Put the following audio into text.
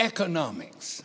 economics